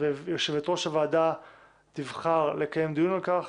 ויושבת ראש הוועדה תבחר לקיים דיון על כך